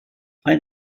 ein